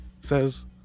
says